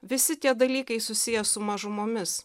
visi tie dalykai susiję su mažumomis